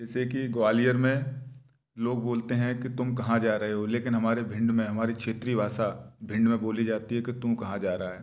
जैसे कि ग्वालियर में लोग बोलते हैं कि तुम कहाँ जा रहे हो लेकिन हमारे भिंड में हमारी क्षेत्रीय भाषा भिंड में बोली जाती है कि तू कहाँ जा रहा है